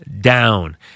down